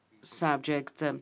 subject